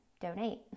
donate